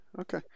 okay